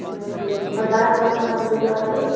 چَلو ٹھیٖک تُہۍ کَر حظ چھِو آسان ایٚویلیبٕل اَتہِ